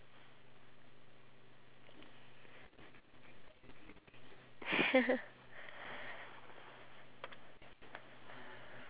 so it grew so high and then um it was reaching for the sunlight so while it was reaching for the sunlight and then the stem broke